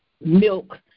milk